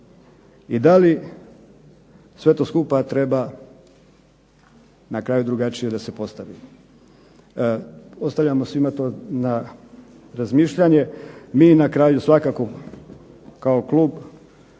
i da li sve to skupa treba na kraju drugačije da se postavi. Ostavljamo svima to na razmišljanje. MI na kraju svakako kao Klub